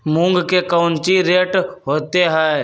मूंग के कौची रेट होते हई?